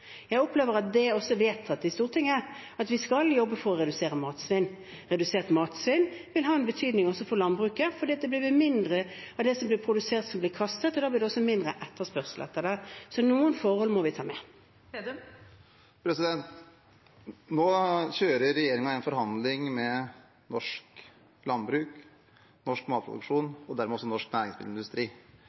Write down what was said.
Jeg opplever at det også er vedtatt i Stortinget at vi skal jobbe for å redusere matsvinn. Redusert matsvinn vil ha betydning også for landbruket, fordi mindre av det som blir produsert, blir kastet, og da blir det mindre etterspørsel etter det. Så noen forhold må vi ta med. Trygve Slagsvold Vedum – til oppfølgingsspørsmål. Nå kjører regjeringen en forhandling med norsk landbruk om norsk matproduksjon og dermed også norsk næringsmiddelindustri.